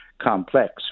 complex